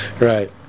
right